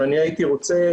ואני הייתי רוצה,